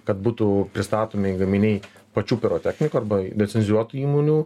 kad būtų pristatomi gaminiai pačių pirotechnikų arba lecencijuotų įmonių